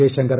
Jaishankar